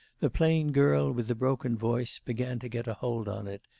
the plain girl with the broken voice began to get a hold on it,